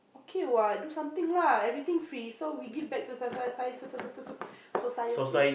okay what do something lah everything free so we give back to si~ si~ si~ si~ si~ su~ so~ so~ society